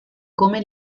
come